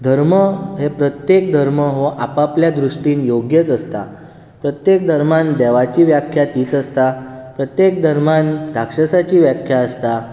धर्म हें प्रत्येक धर्म हो आप आपल्या दृश्टीन योग्यच आसता प्रत्येक धर्मान देवाची व्याख्या तीच आसता प्रत्येक धर्मान राक्षसाची व्याख्या आसता